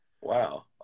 Wow